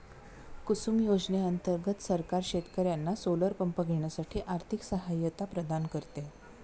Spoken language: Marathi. कुसुम योजने अंतर्गत सरकार शेतकर्यांना सोलर पंप घेण्यासाठी आर्थिक सहायता प्रदान करते